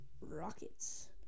Rockets